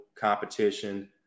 competition